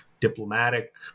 diplomatic